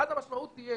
ואז המשמעות תהיה